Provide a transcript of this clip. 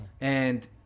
And-